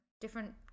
different